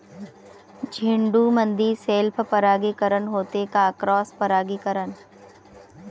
झेंडूमंदी सेल्फ परागीकरन होते का क्रॉस परागीकरन?